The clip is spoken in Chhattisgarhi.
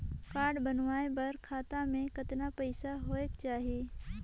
कारड बनवाय बर खाता मे कतना पईसा होएक चाही?